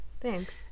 Thanks